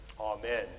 Amen